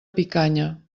picanya